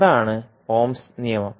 അതാണ് ഓംസ് നിയമം